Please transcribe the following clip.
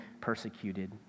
persecuted